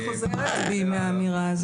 אני חוזרת בי מהאמירה הזאת.